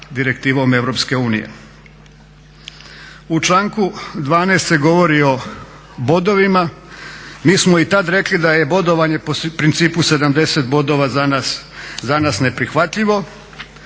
U članku 12. se govori o bodovima. Mi smo i tad rekli da je bodovanje po principu 70 bodova za nas neprihvatljivo.